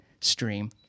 stream